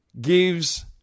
gives